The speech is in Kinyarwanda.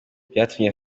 byatumye